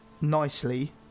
nicely